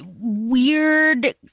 weird